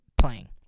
playing